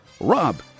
rob